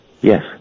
Yes